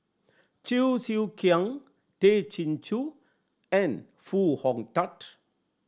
Cheong Siew Keong Tay Chin Joo and Foo Hong Tatt